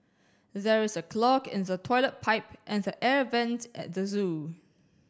there is a clog in the toilet pipe and the air vents at the zoo